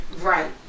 Right